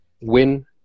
win